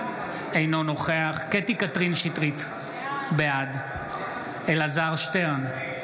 אינו נוכח קטי קטרין שטרית, בעד אלעזר שטרן,